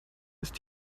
ist